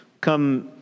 come